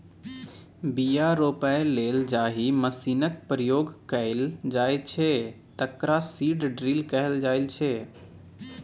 बीया रोपय लेल जाहि मशीनक प्रयोग कएल जाइ छै तकरा सीड ड्रील कहल जाइ छै